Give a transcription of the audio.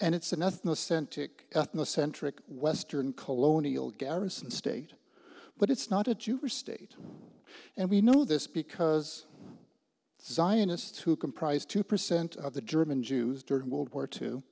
ethnocentric ethnocentric western colonial garrison state but it's not a jewish state and we know this because zionists who comprise two percent of the german jews during world war two